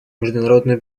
международную